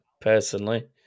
personally